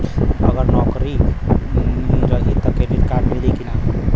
अगर नौकरीन रही त क्रेडिट कार्ड मिली कि ना?